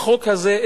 בחוק הזה,